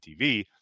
TV